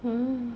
hmm